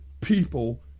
people